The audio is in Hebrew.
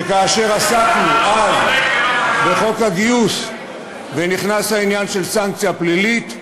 שכאשר עסקנו אז בחוק הגיוס ונכנס העניין של סנקציה פלילית,